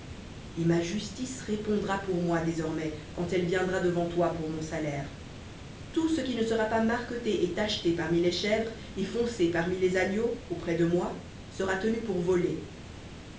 et ma justice répondra pour moi désormais quand elle viendra devant toi pour mon salaire tout ce qui ne sera pas marqueté et tacheté parmi les chèvres et foncé parmi les agneaux auprès de moi sera tenu pour volé